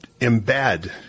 embed